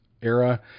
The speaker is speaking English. era